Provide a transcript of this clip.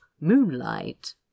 moonlight